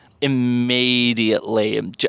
Immediately